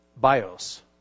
bios